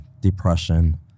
depression